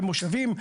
במושבים,